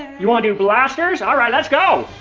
you want to do blasters? alright, let's go.